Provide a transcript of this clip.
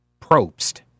Probst